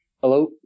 Hello